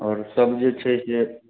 आओरसब जे छै से